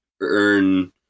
earn